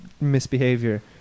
misbehavior